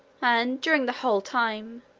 and, during the whole time,